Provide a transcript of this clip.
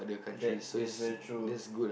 that's that's very true